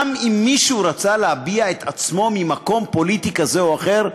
גם אם מישהו רצה להביע את עצמו ממקום פוליטי כזה או אחר,